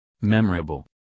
Memorable